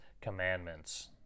commandments